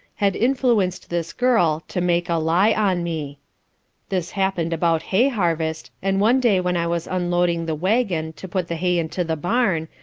had influenced this girl, to make a lye on me this happened about hay-harvest, and one day when i was unloading the waggon to put the hay into the barn,